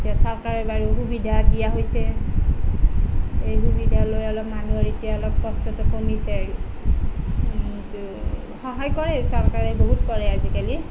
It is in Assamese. এতিয়া চৰকাৰে বাৰু সুবিধা দিয়া হৈছে এই সুবিধা লৈ অলপ মানুহৰ এতিয়া অলপ কষ্টটো কমিছে আৰু কিন্তু সহায় কৰে চৰকাৰে বহুত কৰে আজিকালি